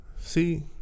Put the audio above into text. See